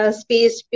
space